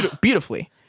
beautifully